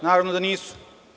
Naravno da nisu.